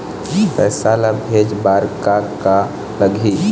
पैसा ला भेजे बार का का लगही?